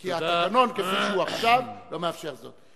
כי התקנון כפי שהוא עכשיו לא מאפשר זאת.